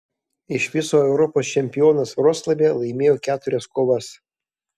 iš viso europos čempionas vroclave laimėjo keturias kovas